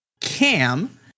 Cam